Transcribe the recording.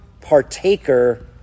partaker